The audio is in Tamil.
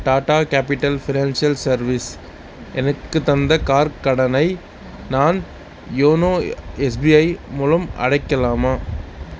டாடா கேபிட்டல் ஃபினான்ஷியல் சர்வீஸ் எனக்கு தந்த கார் கடனை நான் யோனோ எஸ்பிஐ மூலம் அடைக்கலாமா